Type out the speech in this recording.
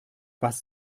was